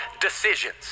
decisions